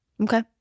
Okay